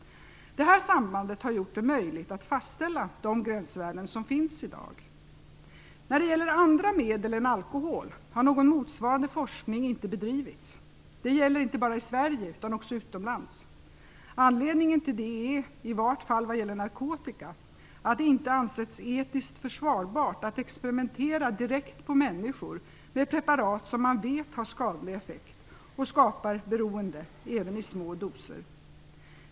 Detta samband har gjort det möjligt att fastställa de gränsvärden som finns i dag. När det gäller andra medel än alkohol har någon motsvarande forskning inte bedrivits. Det gäller inte bara i Sverige utan också utomlands. Anledningen till det är, i vart fall vad gäller narkotika, att det inte ansetts etiskt försvarbart att experimentera direkt på människor med preparat som man vet har skadlig effekt och skapar ett beroende även i små doser.